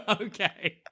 Okay